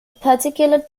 particular